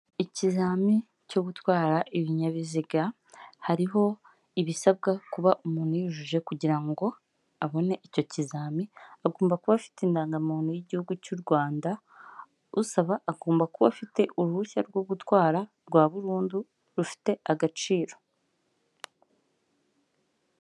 Ikizamini cyo gutwara ibinyabiziga, hariho ibisabwa kuba umuntu yujuje kugira ngo abone icyo kizamini. Agomba kuba afite indangamuntu y'igihugu cy'u Rwanda, usaba agomba kuba afite uruhushya rwo gutwara rwa burundu rufite agaciro.